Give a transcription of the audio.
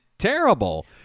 terrible